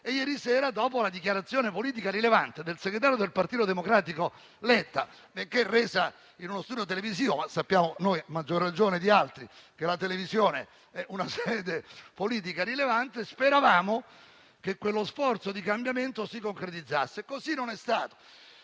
Ieri sera, dopo la dichiarazione politica rilevante del segretario del Partito Democratico Letta, benché resa in uno studio televisivo (sappiamo più di altri che la televisione è una sede politica rilevante), speravamo che quello sforzo di cambiamento si concretizzasse. Così non è stato.